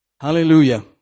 Hallelujah